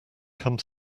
come